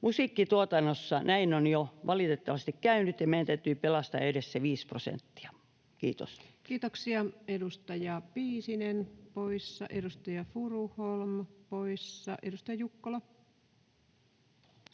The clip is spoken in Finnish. Musiikkituotannossa näin on jo valitettavasti käynyt, ja meidän täytyy pelastaa edes se viisi prosenttia. — Kiitos. Kiitoksia. — Edustaja Piisinen poissa, edustaja Furuholm poissa. — Edustaja Jukkola,